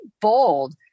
bold